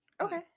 Okay